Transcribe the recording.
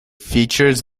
features